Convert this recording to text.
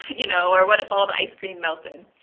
you know or what if all the ice cream melted?